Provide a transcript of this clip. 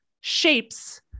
shapes